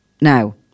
Now